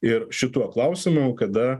ir šituo klausimu kada